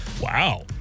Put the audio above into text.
Wow